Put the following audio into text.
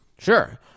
Sure